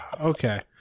Okay